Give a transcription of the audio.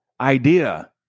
idea